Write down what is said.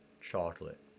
chocolate